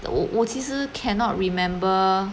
but 我我其实 cannot remember